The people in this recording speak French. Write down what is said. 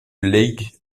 lake